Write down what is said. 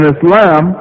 Islam